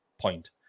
point